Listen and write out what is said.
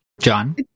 John